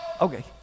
okay